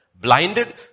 blinded